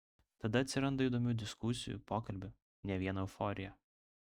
tada atsiranda įdomių diskusijų pokalbių ne vien euforija